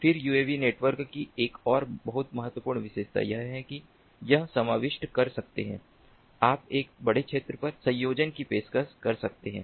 फिर UAV network की एक और बहुत महत्वपूर्ण विशेषता यह है कि आप समाविष्ट कर सकते हैं आप एक बड़े क्षेत्र पर संयोजकता की पेशकश कर सकते हैं